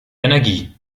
energie